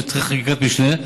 וצריך חקיקת משנה,